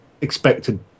expected